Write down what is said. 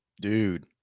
dude